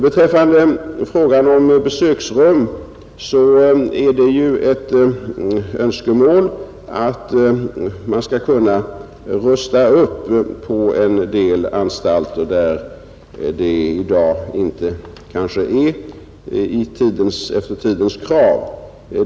Beträffande frågan om besöksrum är det ju ett önskemål att man skall kunna rusta upp på en del anstalter, som i dag kanske inte svarar mot tidens krav.